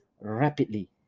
rapidly